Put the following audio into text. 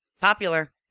popular